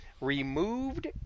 removed